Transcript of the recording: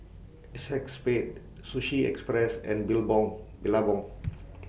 ACEXSPADE Sushi Express and Billabong